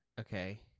okay